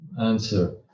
answer